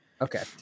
Okay